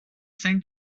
sent